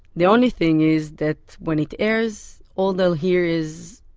the only thing is that when it airs, all they'll hear is,